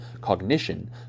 cognition